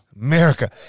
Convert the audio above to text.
America